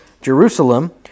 Jerusalem